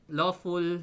lawful